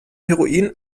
heroin